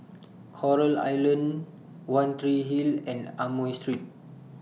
Coral Island one Tree Hill and Amoy Street